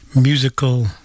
musical